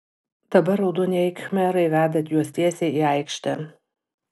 dabar raudonieji khmerai veda juos tiesiai į aikštę